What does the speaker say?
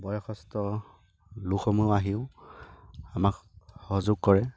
বয়সস্থ লোকসমূহ আহিও আমাক সহযোগ কৰে